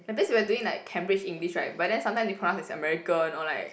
and base we are doing like Cambridge English right but then sometime they pronounce as American or like